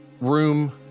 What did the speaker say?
room